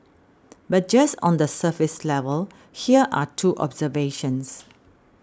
but just on the surface level here are two observations